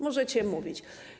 Możecie mówić.